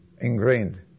ingrained